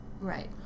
Right